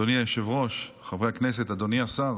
אדוני היושב-ראש, חברי הכנסת, אדוני השר